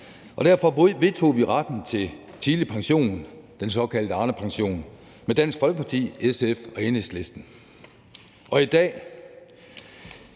derfor vedtog vi retten til tidlig pension, den såkaldte Arnepension, sammen med Dansk Folkeparti, SF og Enhedslisten.